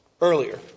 earlier